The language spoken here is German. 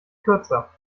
kürzer